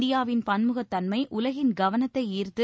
இந்தியாவின் பன்முகத் தன்மை உலகின் கவனத்தை ஈர்த்து